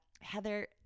Heather